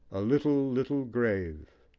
a little little grave,